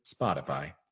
Spotify